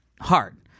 hard